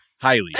Highly